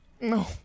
No